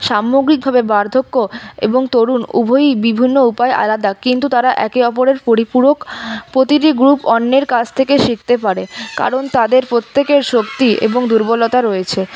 সামগ্রিকভাবে বার্ধক্য এবং তরুণ উভয়ই বিভিন্ন উপায়ে আলাদা কিন্তু তারা একে অপরের পরিপূরক প্রতিটি গ্রুপ অন্যের কাছ থেকে শিখতে পারে কারণ তাদের প্রত্যেকের শক্তি এবং দুর্বলতা রয়েছে